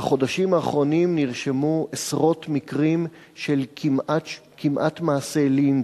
בחודשים האחרונים נרשמו עשרות מקרים של כמעט מעשי לינץ'